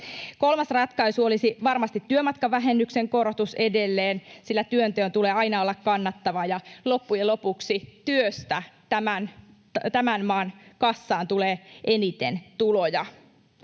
Kolmas ratkaisu olisi varmasti työmatkavähennyksen korotus edelleen, sillä työnteon tulee aina olla kannattavaa, ja loppujen lopuksi työstä tämän maan kassaan tulee eniten tuloja.